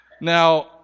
Now